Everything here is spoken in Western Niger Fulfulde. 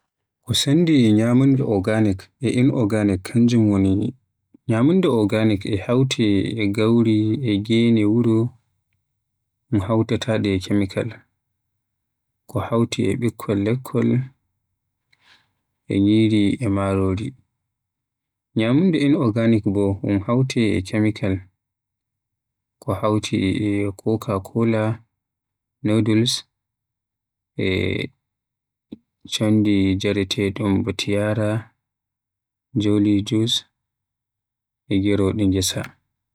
Ko sendi ñyamunda organic e inorganic kanjum woni; ñyamunda organic e hawte e gauwri e gene wuro un hawtatade e kemikal. Ko hawti e bikkol lekkol e nyiri e marori. Ñyamunda inorganic bo un hawte e kemikal ko hawti coca-cola, Noodle, e chondi njareetedun ba Tiara, Jolyjus e gerode ngesa.